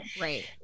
Right